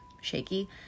shaky